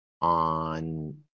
on